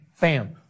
bam